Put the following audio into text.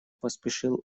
поспешил